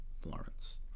Florence